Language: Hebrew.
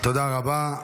תודה רבה.